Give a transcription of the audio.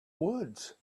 woods